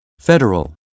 federal